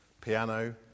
Piano